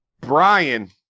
Brian